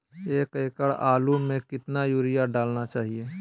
एक एकड़ आलु में कितना युरिया डालना चाहिए?